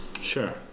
Sure